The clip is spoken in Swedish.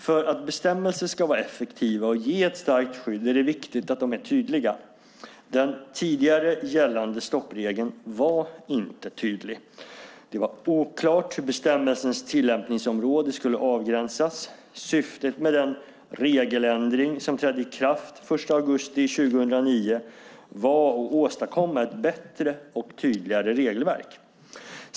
För att bestämmelser ska vara effektiva och ge ett starkt skydd är det viktigt att de är tydliga. Den tidigare gällande stoppregeln var inte tydlig. Det var oklart hur bestämmelsens tillämpningsområde skulle avgränsas. Syftet med den regeländring som trädde i kraft den 1 augusti 2009 var att åstadkomma ett bättre och tydligare regelverk.